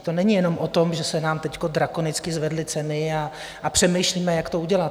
To není jenom o tom, že se nám teď drakonicky zvedly ceny a přemýšlíme, jak to udělat.